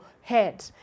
head